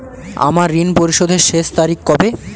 আমার ঋণ পরিশোধের শেষ তারিখ কবে?